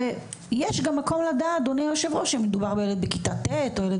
יש גם מקום --- אדוני היו"ר שמדובר בילד בכיתה ט' או ילד